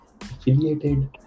affiliated